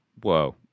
whoa